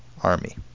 army